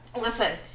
Listen